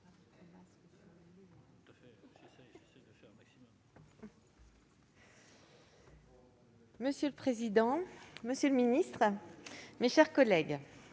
Monsieur le président, madame la ministre, mes chers collègues,